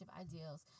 ideals